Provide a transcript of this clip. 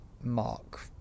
Mark